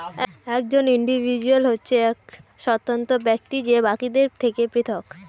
একজন ইন্ডিভিজুয়াল হচ্ছে এক স্বতন্ত্র ব্যক্তি যে বাকিদের থেকে পৃথক